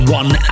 one